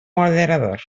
moderador